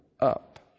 up